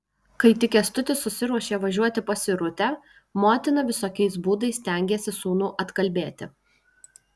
kai tik kęstutis susiruošė važiuoti pas irutę motina visokiais būdais stengėsi sūnų atkalbėti